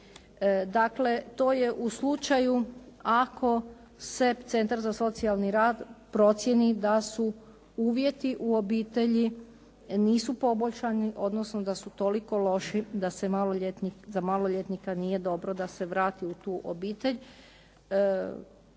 Dakle, to je u slučaju ako Centar za socijalni rad procijeni da su uvjeti u obitelji nisu poboljšani, odnosno da su toliko loši da za maloljetnika nije dobro da se vrati u tu obitelj.